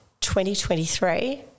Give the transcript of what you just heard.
2023